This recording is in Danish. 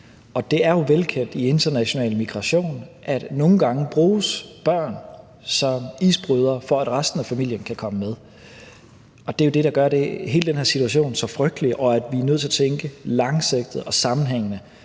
Det er jo velkendt i international migration, at nogle gange bruges børn som isbrydere for, at resten af familien kan komme med. Det er jo det, der gør hele den her situation så frygtelig, og derfor er vi nødt til at tænke langsigtet og sammenhængende